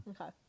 Okay